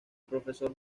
profesor